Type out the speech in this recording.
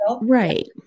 Right